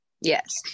Yes